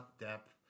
depth